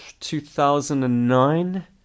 2009